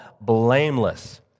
blameless